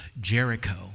jericho